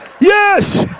Yes